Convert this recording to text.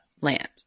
land